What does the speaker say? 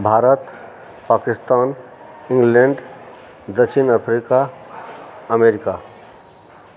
Bharat Pakistan England दक्षिण Africa America